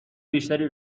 بیشتری